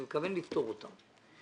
אני מתכוון לפתור אותן.